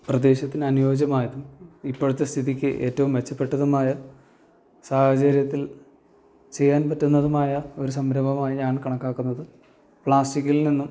പ്രദേശത്തിന് അനുയോജ്യമായതും ഇപ്പോഴത്തെ സ്ഥിതിക്ക് ഏറ്റവും മെച്ചപ്പെട്ടതുമായ സാഹചര്യത്തിൽ ചെയ്യാൻ പറ്റുന്നതുമായ ഒരു സംരഭമായി ഞാൻ കണക്കാക്കുന്നത് പ്ലാസ്റ്റിക്കിൽ നിന്നും